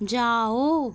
जाओ